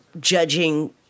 judging